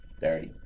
Dirty